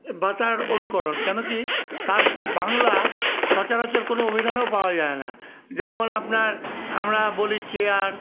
ভাষার অনুকরণ কেন কী তার বাংলা সচরাচর কোনো অভিধানেও পাওয়া যায় না যেমন আপনার আমরা বলি চেয়ার